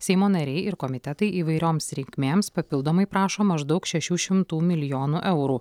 seimo nariai ir komitetai įvairioms reikmėms papildomai prašo maždaug šešių šimtų milijonų eurų